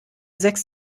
sechs